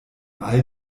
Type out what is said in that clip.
all